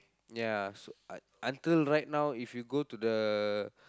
ya so u~ until right now if you go to the